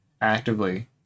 actively